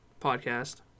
podcast